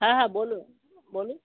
হ্যাঁ হ্যাঁ বলুন বলুন